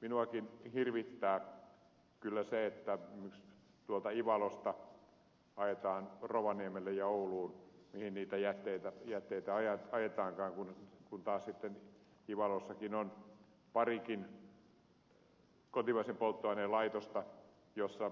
minuakin hirvittää kyllä se että tuolta ivalosta haetaan rovaniemelle ja ouluun ja mihin niitä jätteitä ajetaankaan kun taas sitten ivalossakin on parikin kotimaisen polttoaineen laitosta joissa